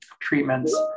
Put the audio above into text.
treatments